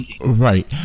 Right